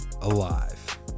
alive